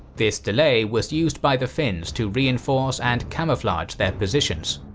this delay was used by the finns to reinforce and camouflage their positions.